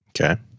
Okay